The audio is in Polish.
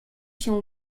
się